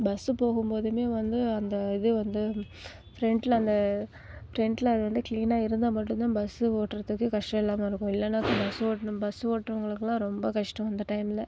bus போகும்போதும் வந்து அந்த இது வந்து ஃப்ரண்டில் அந்த ஃப்ரெண்டில் அது வந்து கிளீனாக இருந்தால் மட்டும்தான் பஸ்ஸு ஓட்டுறத்துக்கே கஷ்டம் இல்லாமல் இருக்கும் இல்லைனா பஸ்ஸு ஓட்டணும் பஸ்ஸு ஓட்டுறவுங்களுக்குலாம் ரொம்ப கஷ்டம் அந்த டைமில்